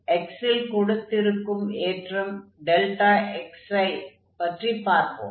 x ல் கொடுத்திருக்கும் ஏற்றம் xi ஐ பற்றிப் பார்ப்போம்